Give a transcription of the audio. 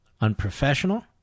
unprofessional